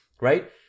Right